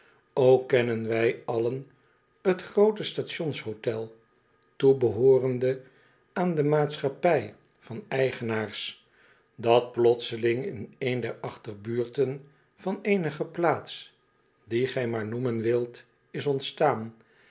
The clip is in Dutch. ook kennen wij allen t groote stations hoiel toebehoorende aan de maatschappij van eigenaars dat plotseling in een der achterbuurten van eenige plaats die gij maar noemen wilt is ontstaan